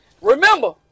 remember